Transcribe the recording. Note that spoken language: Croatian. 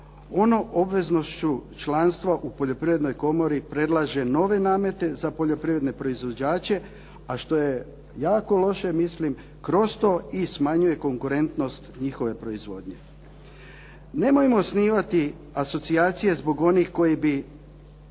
ono obveznošću članstva u Poljoprivrednoj komori predlaže nove namete za poljoprivredne proizvođače, a što je jako loše mislim. Kroz to i smanjuje konkurentnost njihove proizvodnje. Nemojmo osnivati asocijacije zbog onih koji bi